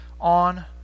on